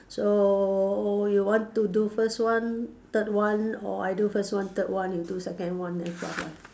so you want to do first one third one or I do first one third one you do second one and fourth one